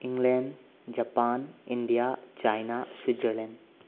ꯏꯪꯂꯦꯟ Japan India China Switzerland